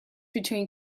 between